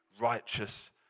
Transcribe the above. righteous